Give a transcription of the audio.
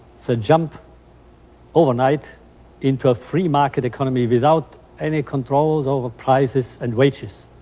so jump overnight into a free market economy without any controls over prices and wages.